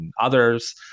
others